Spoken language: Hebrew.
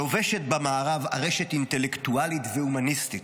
לובשת במערב ארשת אינטלקטואלית והומניסטית.